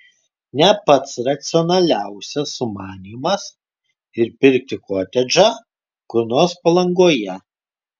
ne pats racionaliausias sumanymas ir pirkti kotedžą kur nors palangoje